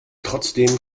trotzdem